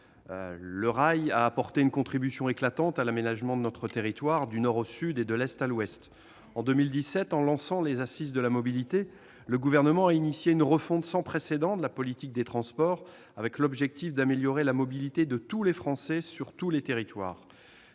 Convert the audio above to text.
Le rail a apporté une contribution éclatante à l'aménagement de notre territoire national, du nord au sud et de l'est à l'ouest. En 2017, en lançant les Assises de la mobilité, le Gouvernement a initié une refonte sans précédent de la politique des transports avec l'objectif d'améliorer la mobilité de tous les Français, sur tous les territoires.